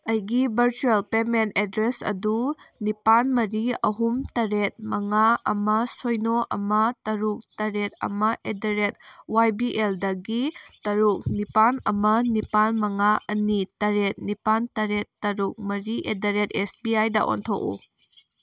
ꯑꯩꯒꯤ virtual payment address ꯑꯗꯨ ꯅꯤꯄꯥꯜ ꯃꯔꯤ ꯑꯍꯨꯝ ꯇꯔꯦꯠ ꯃꯉꯥ ꯑꯃ ꯁꯤꯅꯣ ꯑꯃ ꯇꯔꯨꯛ ꯇꯔꯦꯠ ꯑꯃ at the rate Y B ꯑꯦꯜꯗꯒꯤ ꯇꯔꯨꯛ ꯅꯤꯄꯥꯜ ꯑꯃ ꯅꯤꯄꯥꯜ ꯃꯉꯥ ꯑꯅꯤ ꯇꯔꯦꯠ ꯅꯤꯄꯥꯜ ꯇꯔꯦꯠ ꯇꯔꯨꯛ ꯃꯔꯤ at the rate S B ꯑꯥꯏꯗ ꯑꯣꯟꯊꯣꯛꯎ